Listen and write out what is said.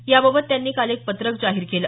याबाबत त्यांनी काल एक पत्रक जाहीर केलं